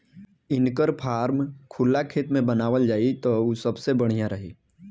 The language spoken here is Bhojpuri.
इनकर फार्म खुला खेत में बनावल जाई त उ सबसे बढ़िया रही